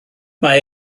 mae